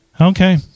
Okay